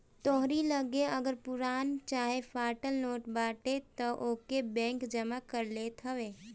तोहरी लगे अगर पुरान चाहे फाटल नोट बाटे तअ ओके बैंक जमा कर लेत हवे